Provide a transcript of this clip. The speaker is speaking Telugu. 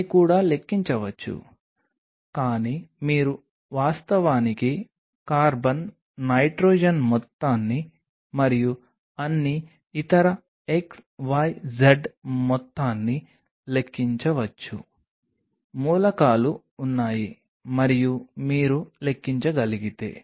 ఈ కాంటాక్ట్ యాంగిల్ కొలతలు సబ్స్ట్రేట్ యొక్క హైడ్రోఫోబిక్ మరియు హైడ్రోఫిలిక్ స్వభావం గురించి మీకు మంచి ఆలోచనను అందిస్తాయి హైడ్రోఫోబిక్ లేదా హైడ్రోఫిలిక్ ఎలా ఉన్నా వివరాలు పొందకుండానే మీరు చూడగలరు